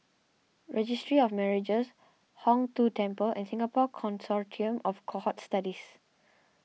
Registry of Marriages Hong Tho Temple and Singapore Consortium of Cohort Studies